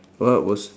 what was